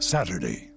Saturday